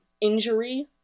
injury